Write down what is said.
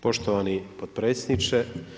Poštovani potpredsjedniče.